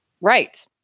right